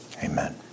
Amen